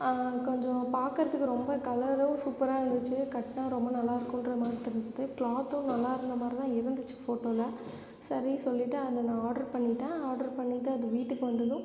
கொஞ்சம் பார்க்கறதுக்கு ரொம்ப கலரும் சூப்பராக இருந்துச்சு கட்டினா ரொம்ப நல்லாருக்குன்ற மாதிரி தெரிஞ்சுது கிளாத்தும் நல்லாயிருந்த மாதிரிதான் இருந்துச்சு ஃபோட்டோவால் சரின்னு சொல்லிட்டு அதை நான் ஆட்டர் பண்ணிட்டேன் ஆட்டர் பண்ணிட்டு அது வீட்டுக்கு வந்ததும்